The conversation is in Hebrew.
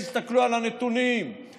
תסתכלו על הנתונים,